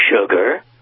sugar